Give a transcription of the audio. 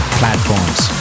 platforms